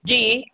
जी